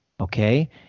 okay